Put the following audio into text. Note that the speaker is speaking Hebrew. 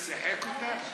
איך שיחק אותה.